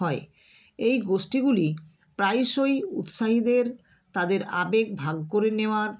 হয় এই গোষ্ঠীগুলি প্রায়শই উৎসাহীদের তাদের আবেগ ভাগ করে নেওয়ার